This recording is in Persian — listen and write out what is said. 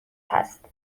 است